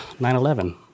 9-11